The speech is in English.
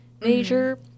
major